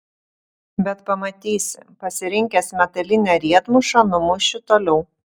bet pamatysi pasirinkęs metalinę riedmušą numušiu toliau